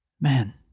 man